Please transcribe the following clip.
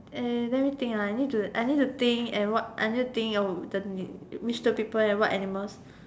uh let me think lah I need to I need to think and what I need to think of what which two people and what animal